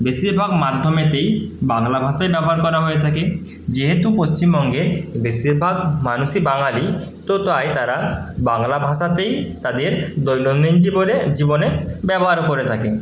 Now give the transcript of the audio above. বেশিরভাগ মাধ্যমেতেই বাংলা ভাষাই ব্যবহার করা হয়ে থাকে যেহেতু পশ্চিমবঙ্গে বেশিরভাগ মানুষই বাঙালি তো তাই তারা বাংলা ভাষাতেই তাদের দৈনন্দিন জীবনে ব্যবহার করে থাকে